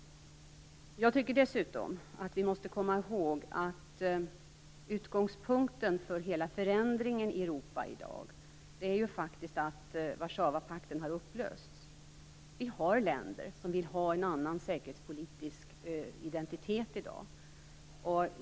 Jag tycker dessutom att vi måste komma ihåg att utgångspunkten för hela förändringen i Europa i dag faktiskt är att Warszawapakten har upplösts. Det finns länder som vill ha en annan säkerhetspolitisk identitet i dag.